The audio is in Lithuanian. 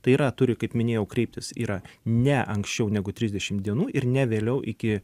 tai yra turi kaip minėjau kreiptis yra ne ankščiau negu trisdešim dienų ir ne vėliau iki